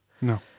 No